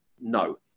no